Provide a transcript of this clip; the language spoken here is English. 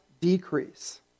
decrease